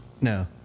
no